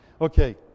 Okay